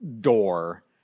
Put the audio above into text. door